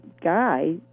guy